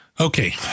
Okay